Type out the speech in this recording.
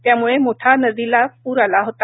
त्यामुळे मुळा मुठा नदीला पूर आला होता